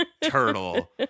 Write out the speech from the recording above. turtle